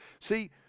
See